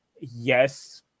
yes